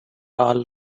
all